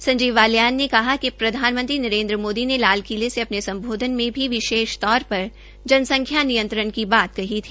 संजीव बालियान ने कहा कि प्रधानमंत्री नरेन्द्र मोदी ने लाल किले से अपने सम्बोधन में भी विशेष तौर पर जनसंख्या नियंत्रण की बात कही थी